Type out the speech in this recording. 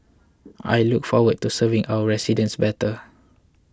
I look forward to serving our residents better